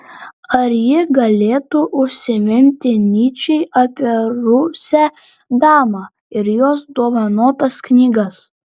ar ji galėtų užsiminti nyčei apie rusę damą ir jos dovanotas knygas